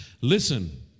Listen